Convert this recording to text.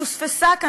פוספסה פה,